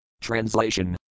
Translation